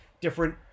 different